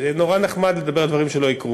נורא נחמד לדבר על דברים שלא יקרו.